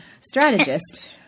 Strategist